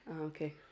Okay